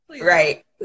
right